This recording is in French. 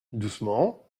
doucement